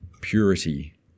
purity